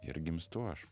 ir gimstu aš